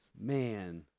Man